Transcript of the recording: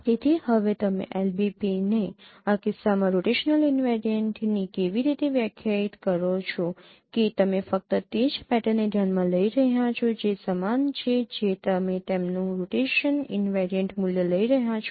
તેથી હવે તમે LBP ને આ કિસ્સામાં રોટેશનલ ઈનવેરિયન્ટની કેવી રીતે વ્યાખ્યાયિત કરો છો કે તમે ફક્ત તે જ પેટર્નને ધ્યાનમાં લઈ રહ્યા છો જે સમાન છે જે તમે તેમનું રોટેશન ઈનવેરિયન્ટ મૂલ્ય લઈ રહ્યા છો